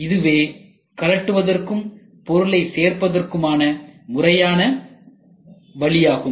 இதுவே கழற்றுவதற்கும் பொருள்களை சேர்ப்பதற்குமான முறையான வழியாகும்